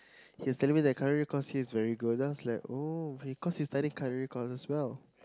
he's telling me that culinary course here is very good that I was like oh cause he's studying culinary course as well